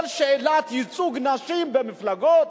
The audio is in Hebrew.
כל שאלת ייצוג נשים במפלגות.